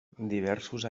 diversos